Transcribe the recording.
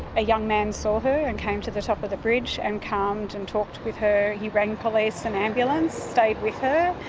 a young man saw her and came to the top of the bridge and calmed and talked with her. he rang police and ambulance, stayed with her,